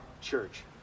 church